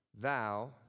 thou